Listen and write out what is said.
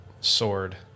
sword